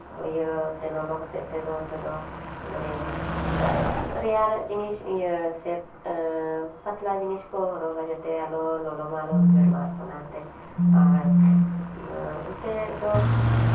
ᱥᱮ ᱤᱭᱟᱹ ᱞᱚᱞᱚ ᱦᱚᱛᱮᱡ ᱛᱮᱫᱚ ᱚᱱᱛᱮ ᱫᱚ ᱢᱟᱱᱮ ᱨᱮᱭᱟᱲ ᱡᱤᱱᱤᱥ ᱤᱭᱟᱹ ᱥᱮ ᱯᱟᱛᱞᱟ ᱡᱤᱱᱤᱥ ᱠᱚ ᱦᱚᱨᱚᱜᱟ ᱡᱟᱛᱮ ᱟᱞᱚ ᱞᱚᱞᱚ ᱢᱟ ᱟᱞᱚ ᱩᱫᱽᱜᱟᱹᱨ ᱢᱟ ᱚᱱᱟᱛᱮ ᱟᱨ ᱚᱱᱛᱮ ᱫᱚ